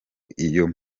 iyo